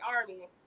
Army